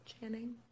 Channing